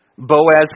Boaz